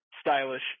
stylish